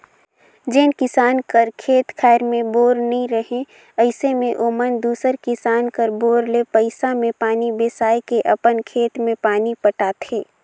जेन किसान कर खेत खाएर मे बोर नी रहें अइसे मे ओमन दूसर किसान कर बोर ले पइसा मे पानी बेसाए के अपन खेत मे पानी पटाथे